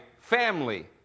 family